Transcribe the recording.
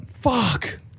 Fuck